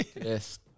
Yes